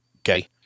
okay